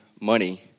money